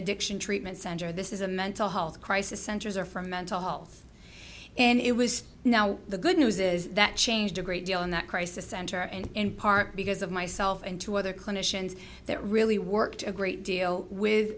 addiction treatment center this is a mental health crisis centers or from mental health and it was now the good news is that changed a great deal in that crisis center and in part because of myself and two other clinicians that really worked a great deal with